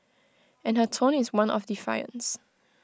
and her tone is one of defiance